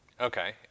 Okay